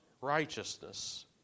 righteousness